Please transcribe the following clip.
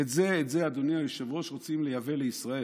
ואת זה, אדוני היושב-ראש, רוצים לייבא לישראל.